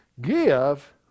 Give